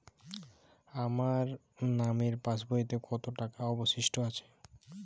আমার নামের পাসবইতে কত টাকা অবশিষ্ট আছে?